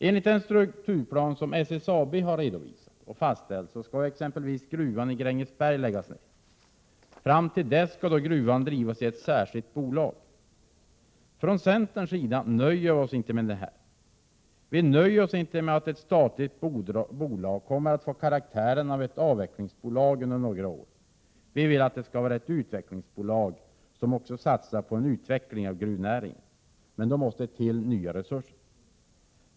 Enligt den strukturplan som SSAB redovisat och fastställt skall exempelvis gruvan i Grängesberg läggas ned. Fram till dess skall gruvan drivas i ett särskilt bolag. Från centern nöjer vi oss inte med detta. Vi nöjer oss inte med att ett statligt bolag kommer att få karaktären av ett avvecklingsbolag under några år. Vi vill att det skall vara ett utvecklingsbolag, som satsar på en utveckling av gruvnäringen, men då måste det till nya resurser.